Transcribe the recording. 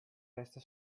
resta